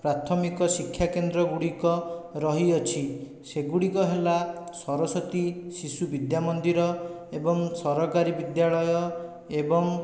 ପ୍ରାଥମିକ ଶିକ୍ଷାକେନ୍ଦ୍ର ଗୁଡ଼ିକ ରହିଅଛି ସେଗୁଡ଼ିକ ହେଲା ସରସ୍ଵତୀ ଶିଶୁ ବିଦ୍ୟା ମନ୍ଦିର ଏବଂ ସରକାରୀ ବିଦ୍ୟାଳୟ ଏବଂ